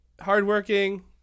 hardworking